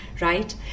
right